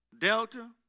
Delta